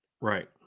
Right